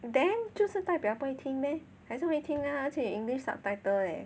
then 就是代表不会 meh 还会听 lah 而且 english subtitle leh